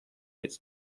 its